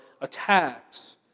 attacks